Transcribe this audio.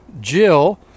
Jill